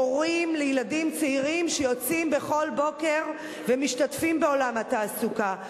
הורים לילדים צעירים שיוצאים בכל בוקר ומשתתפים בעולם התעסוקה,